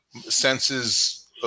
senses